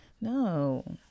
no